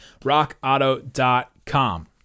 rockauto.com